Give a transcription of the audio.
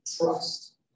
trust